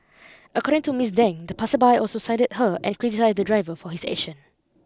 according to Miss Deng the passersby also sided her and criticised the driver for his action